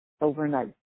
overnight